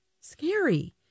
scary